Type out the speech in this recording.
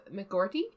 McGorty